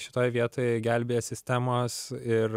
šitoj vietoj gelbėja sistemos ir